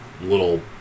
little